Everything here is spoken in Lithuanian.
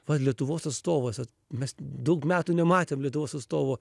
va lietuvos atstovas mes daug metų nematėm lietuvos atstovo